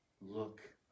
Look